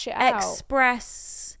express